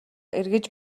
эргэж